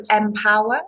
Empower